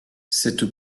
cette